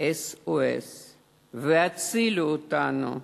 SOS ו"הצילו אותנו",